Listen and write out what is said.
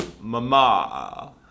Mama